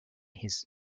his